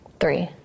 Three